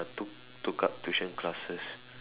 took took up tuition classes